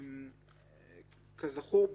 כזכור,